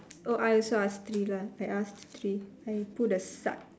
oh I also asked three lah I asked three I will put a star